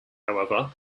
however